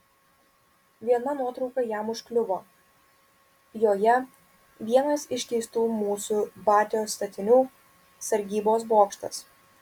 viena nuotrauka jam užkliuvo joje vienas iš keistų mūsų batios statinių sargybos bokštas